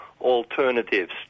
alternatives